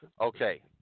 Okay